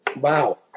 Wow